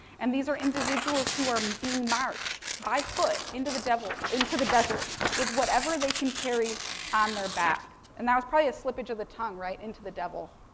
and, these are individuals who are being marched, by foot, into the devil, into the desert with whatever they can carry on their back. and that was probably a slippage of the tongue, right, into the devil.